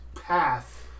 path